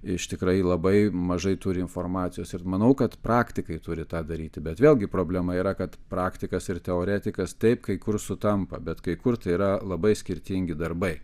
iš tikrai labai mažai turi informacijos ir manau kad praktikai turi tą daryti bet vėlgi problema yra kad praktikas ir teoretikas taip kai kur sutampa bet kai kur tai yra labai skirtingi darbai